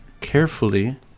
carefully